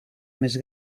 més